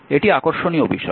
এটি আকর্ষণীয় বিষয়